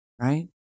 right